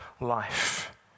life